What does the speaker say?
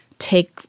take